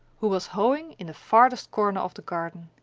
who was hoeing in the farthest corner of the garden.